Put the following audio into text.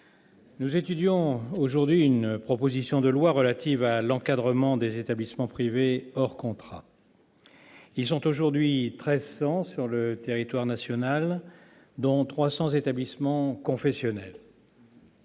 nous examinons aujourd'hui une proposition de loi relative à l'encadrement des établissements privés hors contrat. Ces derniers sont aujourd'hui 1 300 sur le territoire national, dont 300 établissements confessionnels.